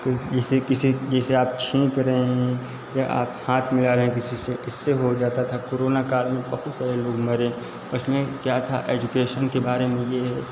कि जिसे किसी जिसे आप छींप रहे हैं या आप हाथ मिला रहें किसी से इससे हो जाता था कोरोना काल में बहुत सारे लोग मरे उसमें क्या था एजुकेशन के बारे में ये